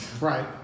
Right